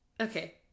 Okay